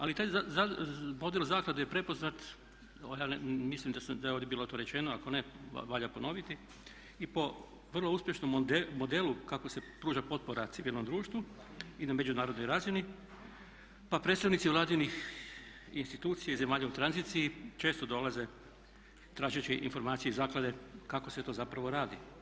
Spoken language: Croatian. Ali taj model zaklade je prepoznat, mislim da je ovdje bilo to rečeno ako ne, valja ponoviti i po vrlo uspješnom modelu kako se pruža potpora civilnom društvu i na međunarodnoj razini, pa predstavnici vladinih institucija i zemalja u tranziciji često dolaze tražeći informacije iz zaklade kako se to zapravo radi.